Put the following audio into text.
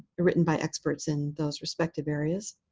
written by experts in those respective areas.